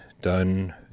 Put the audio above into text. done